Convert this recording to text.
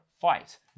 fight